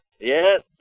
Yes